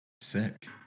sick